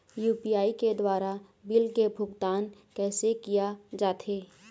UPI के द्वारा bill के भुगतान कैसे किया जाथे?